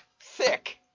thick